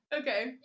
Okay